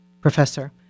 professor